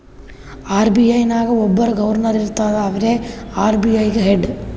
RBI ನಾಗ್ ಒಬ್ಬುರ್ governor ಇರ್ತಾರ ಅವ್ರೇ ಆರ್.ಬಿ.ಐ ಗ ಹೆಡ್